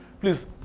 please